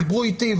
דיברו איתי,